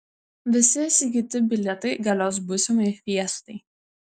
visi įsigyti bilietai galios būsimai fiestai